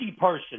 person